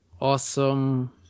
awesome